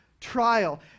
trial